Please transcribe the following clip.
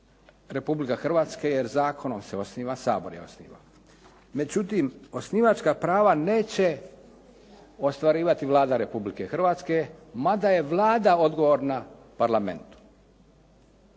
Republika Hrvatska, jer zakonom se osniva, Sabor je osniva. Međutim, osnivačka prava neće ostvarivati Vlada Republike Hrvatske, mada je Vlada odgovorna Parlamentu.